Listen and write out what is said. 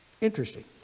Interesting